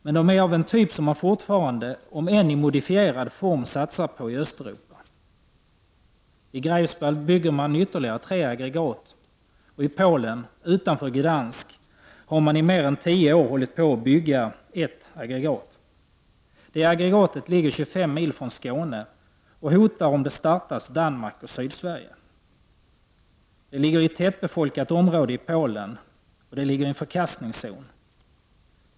Men de är av en typ som man fortfarande, om än i modifierad form, satsar på i Östeuropa. I Greifswald bygger man ytterligare tre aggregat. Och i Polen, utanför Gdansk, har man i mer än tio år hållit på att bygga ett aggregat. Det aggregatet ligger 25 mil från Skåne och hotar, om det startas, Danmark och Sydsverige. Det ligger i ett tättbefolkat område i Polen, och det ligger i en förkastningszon.